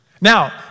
Now